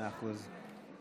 מאה אחוז.